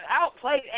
outplayed